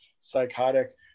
psychotic